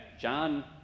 John